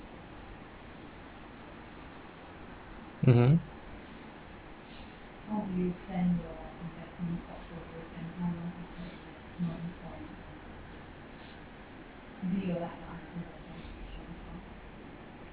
mmhmm